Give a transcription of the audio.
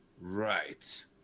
right